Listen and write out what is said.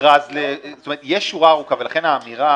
יש שורה ארוכה, ולכן האמירה